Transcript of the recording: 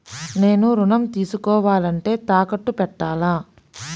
నేను ఋణం తీసుకోవాలంటే తాకట్టు పెట్టాలా?